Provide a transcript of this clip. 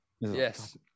Yes